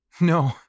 No